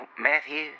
Matthew